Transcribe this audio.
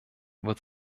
wird